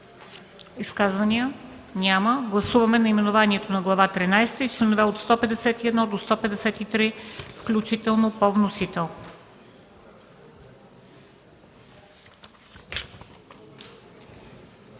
Изказвания? Няма. Гласуваме наименованието на Глава тринадесета и членове от 151 до 153 включително – по вносител.